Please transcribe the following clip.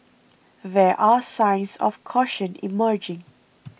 there are signs of caution emerging